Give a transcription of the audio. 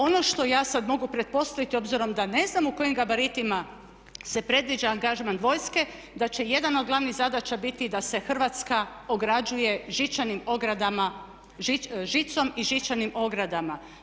Ono što ja sad mogu pretpostaviti obzirom da ne znam u kojim gabaritima se predviđa angažman vojske, da će jedna od glavnih zadaća biti da se Hrvatska ograđuje žičanim ogradama, žicom i žičanim ogradama.